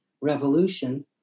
revolution